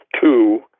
two